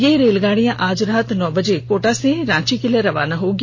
यह रेलगाड़ी आज रात नौ बजे कोटा से रांची के लिए रवाना होगी